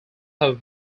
have